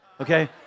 Okay